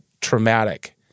traumatic